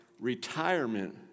retirement